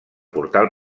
portal